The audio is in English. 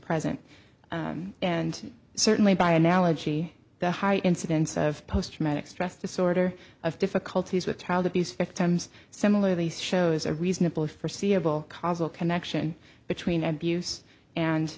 present and certainly by analogy the high incidence of post traumatic stress disorder of difficulties with child abuse victims similar these shows a reasonable forseeable cause a connection between abuse and